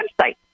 website